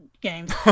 games